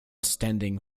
standing